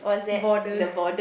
bother